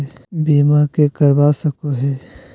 बीमा के करवा सको है?